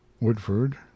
Woodford